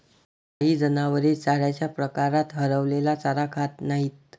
काही जनावरे चाऱ्याच्या प्रकारात हरवलेला चारा खात नाहीत